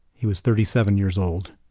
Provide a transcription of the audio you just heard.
he was thirty seven years old.